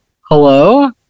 hello